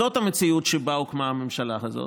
זאת המציאות שבה הוקמה הממשלה הזאת.